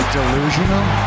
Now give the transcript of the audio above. Delusional